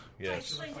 Yes